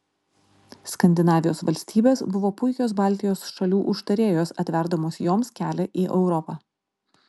skandinavijos valstybės buvo puikios baltijos šalių užtarėjos atverdamos joms kelią į europą